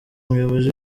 umuyobozi